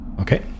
okay